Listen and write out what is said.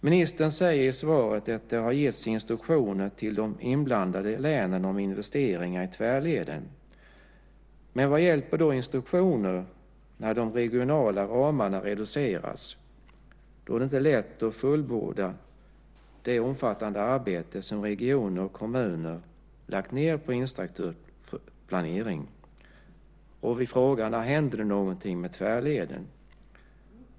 Ministern säger i svaret att det har getts instruktioner till de inblandade länen om investeringar i tvärleden. Men vad hjälper då instruktioner när de regionala ramarna reduceras? Då är det inte lätt att fullborda det omfattande arbete som regioner och kommuner lagt ned på infrastrukturplanering. När händer det något med tvärleden?